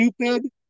stupid